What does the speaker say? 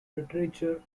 literature